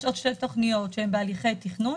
יש עוד שתי תוכניות שהן בהליכי תכנון.